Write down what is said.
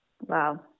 Wow